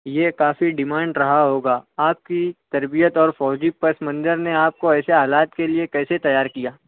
یہ کافی ڈیمانڈ رہا ہوگا کہ آپ کی تربیت اور فوجی پس منظر نے آپ کو ایسے حالات کے لیے کیسے تیار کیا